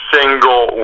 single